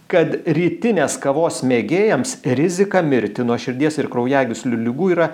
kad rytinės kavos mėgėjams rizika mirti nuo širdies ir kraujagyslių ligų yra